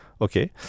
okay